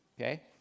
okay